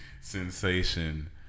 sensation